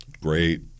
Great